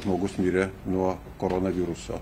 žmogus mirė nuo koronaviruso